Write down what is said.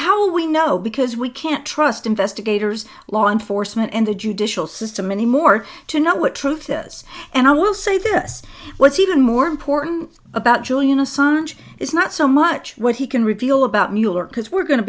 do we know because we can't trust investigators law enforcement and the judicial system anymore to know what truth is and i will say this what's even more important about julian assange is not so much what he can reveal about mueller because we're going to